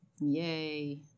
Yay